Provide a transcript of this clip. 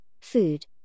food